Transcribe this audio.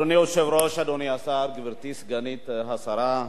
אדוני היושב-ראש, אדוני השר, גברתי סגנית השר,